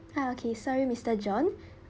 ah okay sorry mister john